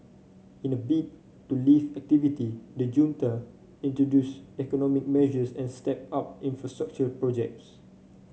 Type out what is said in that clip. in a bid to lift activity the junta introduce economic measures and stepped up infrastructure projects